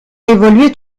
évolué